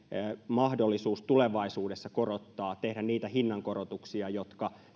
mahdollisuus tulevaisuudessa tehdä niitä hinnankorotuksia jotka